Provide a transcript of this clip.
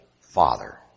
Father